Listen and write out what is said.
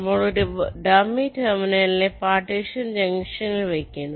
നമ്മൾ ഒരു dummy terminal നെ പാർട്ടീഷൻ ജംഗ്ഷനിൽ വയ്ക്കുന്നു